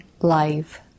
life